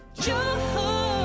joy